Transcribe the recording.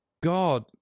God